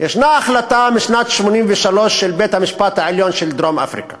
יש החלטה משנת 1983 של בית-המשפט העליון של דרום-אפריקה